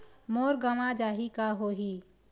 मोर गंवा जाहि का होही?